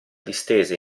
distese